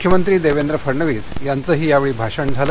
मुख्यमंत्री दर्यंके फडणवीस यांचही यावळी भाषण झालं